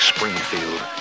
Springfield